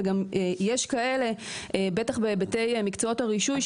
וגם יש כאלה בטח בהיבטי מקצועות הרישוי,